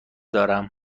دارم